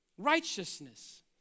Righteousness